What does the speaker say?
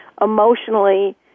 emotionally